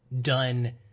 done